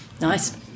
Nice